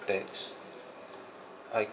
tax I